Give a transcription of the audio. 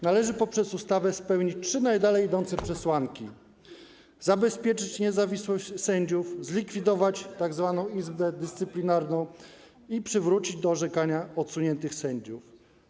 Należy poprzez ustawę spełnić trzy najdalej idące przesłanki: zabezpieczyć niezawisłość sędziów, zlikwidować tzw. Izbę Dyscyplinarną i przywrócić do orzekania odsuniętych sędziów.